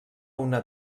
una